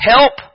Help